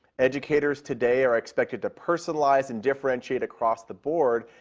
educators today are expected to personalize and differentiate across the board,